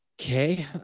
Okay